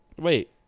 Wait